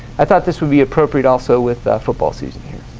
thought this would be appropriate also with football season